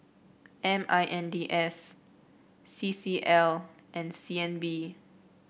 M I N D S C C L and C N B